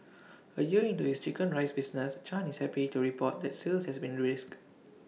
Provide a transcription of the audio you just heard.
A year into his Chicken Rice business chan is happy to report that sales has been brisk